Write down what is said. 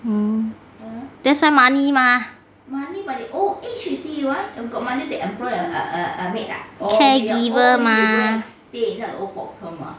mm that's why money mah caregiver mah